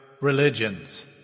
religions